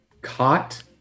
caught